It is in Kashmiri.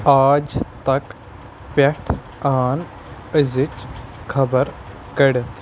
آج تک پٮ۪ٹھٕ اَن أزِچ خبر کٔڑِتھ